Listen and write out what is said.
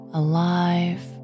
alive